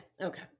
okay